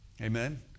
Amen